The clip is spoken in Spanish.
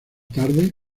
tarde